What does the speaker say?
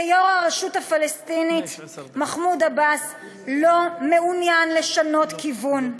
כיו"ר הרשות הפלסטינית מחמוד עבאס לא מעוניין לשנות כיוון,